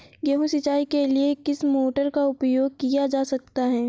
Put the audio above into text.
गेहूँ सिंचाई के लिए किस मोटर का उपयोग किया जा सकता है?